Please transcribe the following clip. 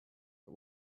but